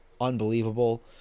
unbelievable